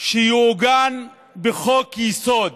שיעוגן בחוק-יסוד